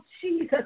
Jesus